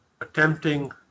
attempting